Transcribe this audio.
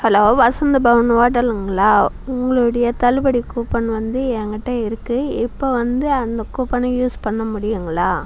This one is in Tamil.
ஹலோ வசந்த பவன் ஹோட்டலுங்களா உங்களுடைய தள்ளுபடி கூப்பன் வந்து என் கிட்ட இருக்குது இப்போ வந்து அந்த கூப்பன்ன யூஸ் பண்ண முடியுங்களா